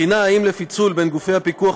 בחינה אם הייתה לפיצול בין גופי הפיקוח